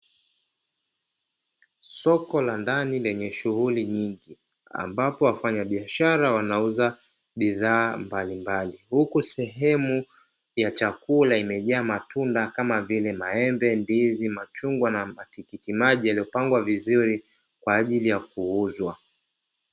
Soko la ndani lenye shughuli nyingi, ambapo wafanyabiashara wanauza bidhaa mbalimbali, huku sehemu ya chakula imejaa matunda kama vile: maembe, ndizi, machungwa na matikitimaji yaliyopangwa vizuri kwa ajili ya kuuzwa.